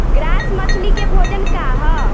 Grass मछली के भोजन का ह?